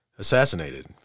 assassinated